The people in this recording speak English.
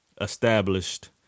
established